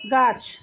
গাছ